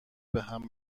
بهم